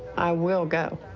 i will go.